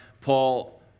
Paul